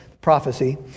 prophecy